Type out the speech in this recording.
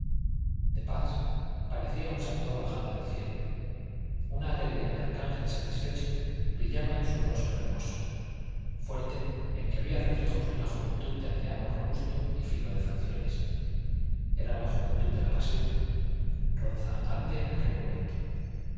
de pas parecía un santo bajado del cielo una alegría de arcángel satisfecho brillaba en su rostro hermoso fuerte en que había reflejos de una juventud de aldeano robusto y fino de facciones era la juventud de la pasión rozagante en aquel momento